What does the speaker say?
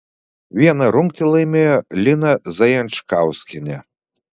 vieną rungtį laimėjo lina zajančkauskienė